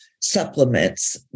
Supplements